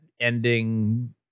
ending